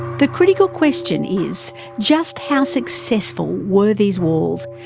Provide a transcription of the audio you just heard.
the critical question is just how successful were these walls?